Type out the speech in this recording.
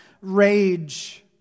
rage